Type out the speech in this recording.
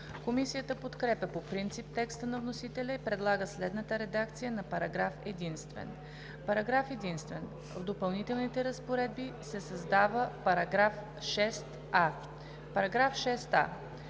Комисията подкрепя по принцип текста на вносителя и предлага следната редакция на параграф единствен: „Параграф единствен. В допълнителните разпоредби се създава § 6а: „§ 6а.